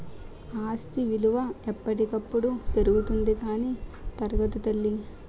ఆస్తి విలువ ఎప్పటికప్పుడు పెరుగుతుంది కానీ తరగదు తల్లీ